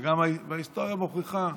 גם ההיסטוריה מוכיחה,